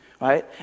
right